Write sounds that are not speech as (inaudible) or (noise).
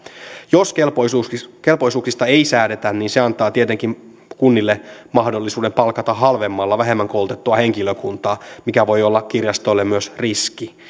jos kelpoisuuksista kelpoisuuksista ei säädetä niin se antaa tietenkin kunnille mahdollisuuden palkata halvemmalla vähemmän koulutettua henkilökuntaa mikä voi olla kirjastoille myös riski (unintelligible)